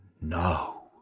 no